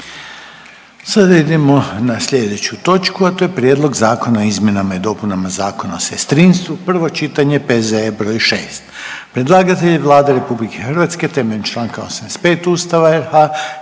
Sada idemo na slijedeću točku, a to je: - Prijedlog zakona o izmjenama i dopunama Zakona o sestrinstvu, prvo čitanje, P.Z.E. br. 6 Predlagatelj je Vlada RH temeljem čl. 85. Ustava RH